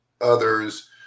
others